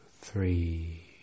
three